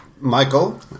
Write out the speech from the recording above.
Michael